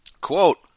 Quote